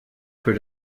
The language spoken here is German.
für